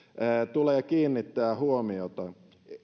tulee kiinnittää huomiota